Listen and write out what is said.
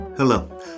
Hello